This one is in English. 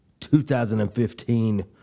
2015